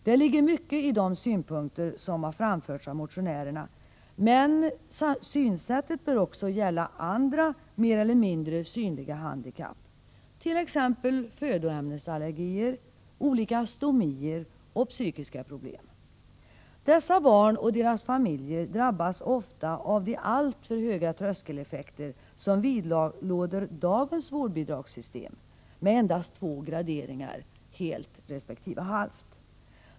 Det ligger mycket i de synpunkter som har framförts av motionärerna, men synsättet bör också gälla andra mer eller mindre synliga handikapp, t.ex. födoämnesallergier, olika stomier och psykiska problem. Barn med dessa handikapp och deras familjer drabbas ofta av de alltför höga tröskeleffekter som vidlåder dagens vårdbidragssystem med endast två graderingar, helt resp. halvt bidrag.